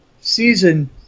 season